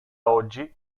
oggi